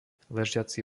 ležiaci